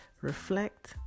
reflect